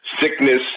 sickness